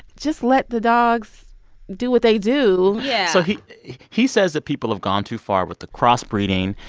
just let the dogs do what they do yeah so he he says that people have gone too far with the cross-breeding.